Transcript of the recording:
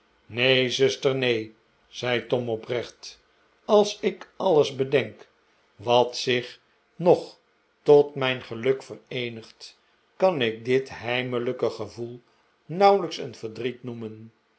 neen zuster neen zei tom oprecht ais ik alles bedenk wat zich nog tot mijn geluk vereenigt kan ik dit heimelijke gevoel nauwelijks een verdriet noemen